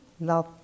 love